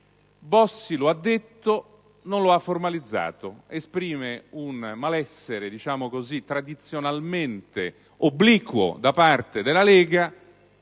Bossi lo ha detto, ma non lo ha formalizzato: ha manifestato un malessere tradizionalmente obliquo da parte della Lega,